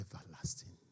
everlasting